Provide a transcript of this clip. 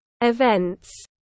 events